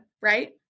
right